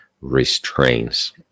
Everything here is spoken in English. restraints